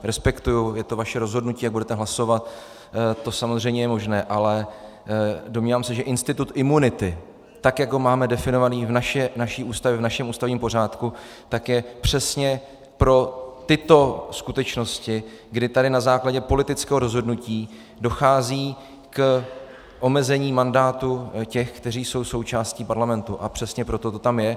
Respektuji, je to vaše rozhodnutí, jak budete hlasovat, to samozřejmě je možné, ale domnívám se, že institut imunity, tak jak ho máme definovaný v naší Ústavě, v našem ústavním pořádku, tak je přesně pro tyto skutečnosti, kdy tady na základě politického rozhodnutí dochází k omezení mandátu těch, kteří jsou součástí parlamentu, a přesně proto to tam je.